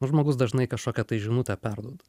žmogus dažnai kažkokią tai žinutę perduoda